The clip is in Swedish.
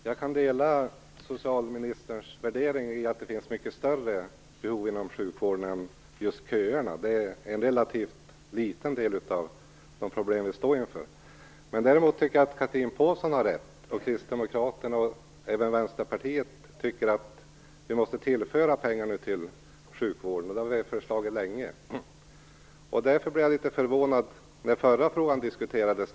Fru talman! Jag kan dela socialministerns värdering. Det finns mycket större behov inom sjukvården än just köerna. De är en relativt liten del av de problem vi står inför. Jag tycker också att Chatrine Pålsson har rätt. Kristdemokraterna och även Vänsterpartiet tycker att vi måste tillföra pengar till sjukvården. Det har vi föreslagit länge. Därför blev jag litet förvånad när förra frågan diskuterades.